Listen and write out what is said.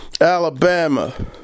Alabama